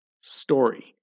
story